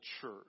church